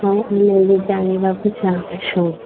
ଆଉ ଆମେ ବି ଜାଣିବାକୁ ଚାହୁଁଛୁ